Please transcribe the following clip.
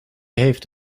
heeft